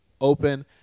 open